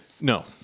No